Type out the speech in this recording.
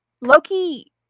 Loki